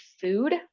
food